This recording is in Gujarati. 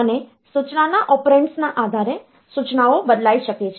અને સૂચનાના ઓપરેન્ડ ના આધારે સૂચનાઓ બદલાઈ શકે છે